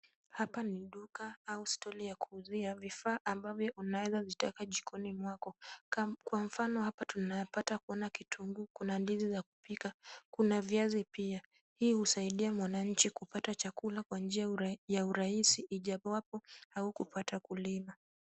Hapa ni duka au stoli ya kuuzia vifaa unavyoweza taka jikoni mwako. Kwa mfano hapa tunapata kuona kitunguu, kuna ndiza kupika, kuna viazi pia. Hii husaidia mwananchi kupata chakula kwa njia ya urahisi ijapowapo kupata kulima.